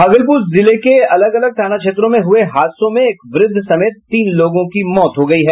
भागलपुर जिले के अलग अलग थाना क्षेत्रों में हुए हादसों में एक वृद्ध समेत तीन लोगों की मौत हो गई है